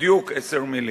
בדיוק עשר מלים.